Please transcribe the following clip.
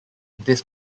this